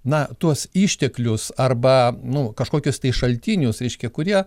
na tuos išteklius arba nu kažkokius tai šaltinius reiškia kurie